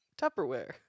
Tupperware